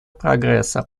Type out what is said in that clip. прогресса